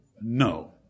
No